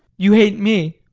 you hate me?